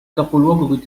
capoluogo